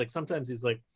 like sometimes he's like,